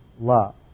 love